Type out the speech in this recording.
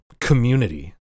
community